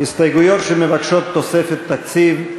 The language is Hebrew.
הסתייגויות שמבקשות תוספת תקציב.